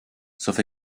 sauf